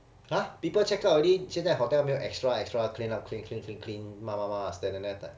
!huh! people check out already 现在 hotel 没有 extra extra clean up clean clean clean clean 抹抹抹抹 sanitise 的